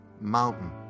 Mountain